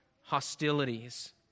hostilities